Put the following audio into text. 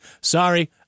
Sorry